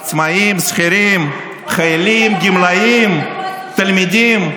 עצמאים, שכירים, חיילים, גמלאים, תלמידים.